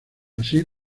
así